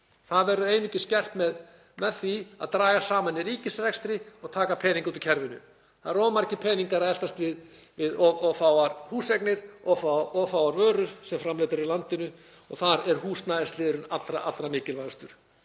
Það verður einungis gert með því að draga saman í ríkisrekstri og taka peninga út úr kerfinu. Það eru of margir peningar að eltast við of fáar húseignir og of fáar vörur framleiddar eru í landinu og þar er húsnæðisliðurinn allra mikilvægastur.